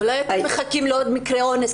אולי אתם מחכים לעוד מקרה אונס?